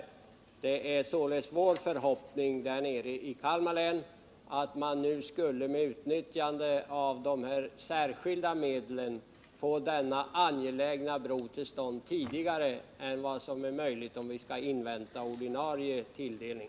Det är vår förhoppning i Kalmar län att man med utnyttjande av de särskilda medlen skulle kunna få denna angelägna bro till stånd tidigare än vad som är möjligt om vi måste invänta ordinarie tilldelning.